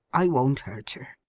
i won't hurt her.